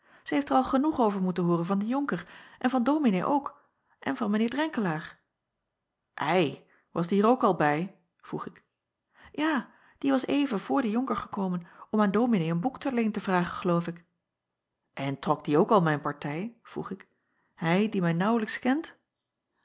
ij heeft er al genoeg over moeten hooren van den onker en van ominee ook en van mijn eer renkelaer i was die er ook al bij vroeg ik a die was even voor den onker gekomen om aan ominee een boek ter leen te vragen geloof ik n trok die ook al mijn partij vroeg ik hij die mij naauwlijks kent